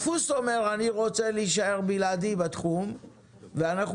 הדפוס אומר שהוא רוצה להישאר בלעדי בתחום ואנחנו